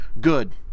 Good